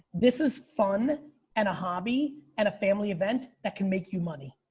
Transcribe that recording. this is fun and a hobby and a family event that can make you money.